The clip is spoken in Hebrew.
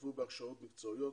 השתתפו בהכשרות מקצועיות,